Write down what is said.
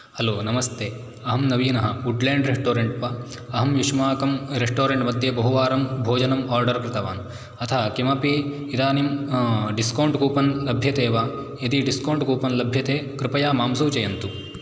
hello नमस्ते अहं नवीनः वुड्लेण्ड् रेस्टोरेण्ट् वा अहं युष्माकं रेस्टोरेण्ट् मध्ये बहुवारं भोजनम् आर्डर् कृतवान् अथ इमपि इदानीं डिस्कौण्ट् कूपन् लभ्यते वा यदि डिस्कौण्ट् कूपन् लभ्यते कृपया मां सूचयन्तु